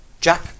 Jack